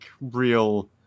real